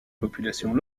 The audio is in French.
populations